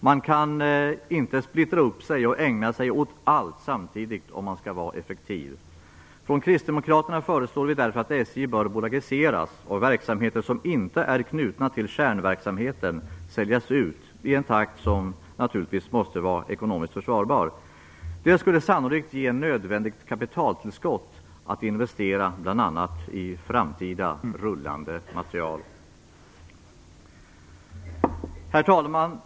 Man kan inte splittra upp sig och ägna sig åt allt samtidigt om man skall vara effektiv. Från kristdemokraterna föreslår vi därför att SJ bör bolagiseras och verksamheter som inte är knutna till kärnverksamheten säljas ut i en takt som givetvis måsta vara ekonomiskt försvarbar. Det skulle sannolikt ge ett nödvändigt kapitaltillskott att investera bl.a. Herr talman!